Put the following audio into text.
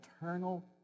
eternal